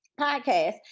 podcast